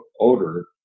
odor